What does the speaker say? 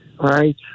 Right